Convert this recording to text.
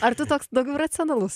ar tu toks daugiau racionalus